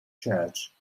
church